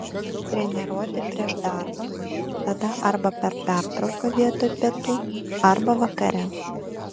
treniruotė prieš darbą tada arba per pertrauką vietoj pietų arba vakare